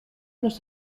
los